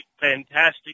fantastic